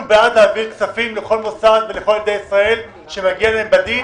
אנחנו בעד להעביר כסף לכל מוסד ולכל ילדי ישראל שמגיע להם בדין,